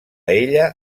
ella